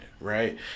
right